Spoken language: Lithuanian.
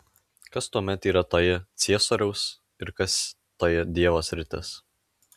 kas tuomet yra toji ciesoriaus ir kas toji dievo sritis